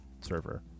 server